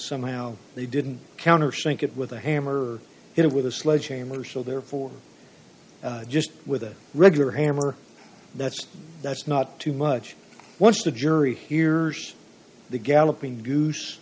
somehow they didn't countersink it with a hammer hit with a sledgehammer so therefore just with a regular hammer that's that's not too much once the jury hears the galloping